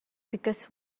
because